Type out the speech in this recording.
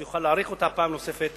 יכול להאריך אותה פעם נוספת,